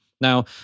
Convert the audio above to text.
Now